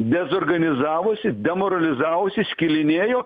dezorganizavosi demoralizavosi skilinėjo